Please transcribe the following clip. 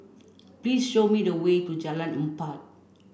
please show me the way to Jalan Empat